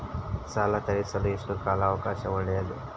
ಸಾಲ ತೇರಿಸಲು ಎಷ್ಟು ಕಾಲ ಅವಕಾಶ ಒಳ್ಳೆಯದು?